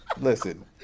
Listen